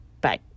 Bye